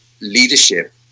leadership